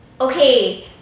okay